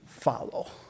Follow